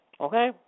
Okay